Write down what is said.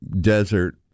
desert